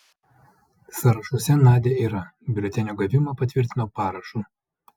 sąrašuose nadia yra biuletenio gavimą patvirtino parašu